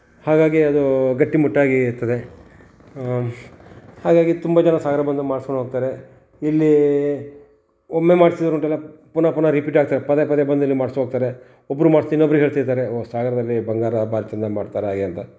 ಹಾಗಾಗಿ ಅದು ಗಟ್ಟಿಮುಟ್ಟಾಗಿ ಇರ್ತದೆ ಹಾಗಾಗಿ ತುಂಬ ಜನ ಸಾಗರ ಬಂದು ಮಾಡ್ಸಿಕೊಂಡು ಹೋಗ್ತಾರೆ ಇಲ್ಲಿ ಒಮ್ಮೆ ಮಾಡಿಸಿದ್ರೆ ಉಂಟಲ್ಲ ಪುನಃ ಪುನಃ ರಿಪೀಟ್ ಆಗ್ತಾರೆ ಪದೇ ಪದೇ ಬಂದಿಲ್ಲಿ ಮಾಡ್ಸ್ಕೊಂಡ್ ಹೋಗ್ತಾರೆ ಒಬ್ಬರು ಮಾಡಿಸಿ ಇನ್ನೊಬ್ಬರಿಗೆ ಹೇಳ್ತಿರ್ತಾರೆ ಒ ಸಾಗರದಲ್ಲಿ ಬಂಗಾರ ಬಾರಿ ಚೆಂದ ಮಾಡ್ತಾರೆ ಹಾಗೆಂತ